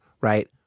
right